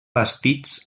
bastits